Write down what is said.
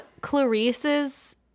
Clarice's